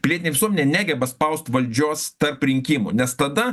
pilietinė visuomenė negeba spaust valdžios tarp rinkimų nes tada